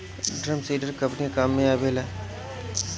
Drum seeder कवने काम में आवेला?